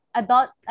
adult